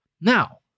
Now